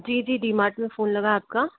जी जी डी मार्ट में फ़ोन लगा आपका